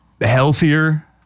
healthier